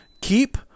Keep